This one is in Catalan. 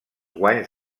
guanys